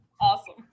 Awesome